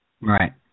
Right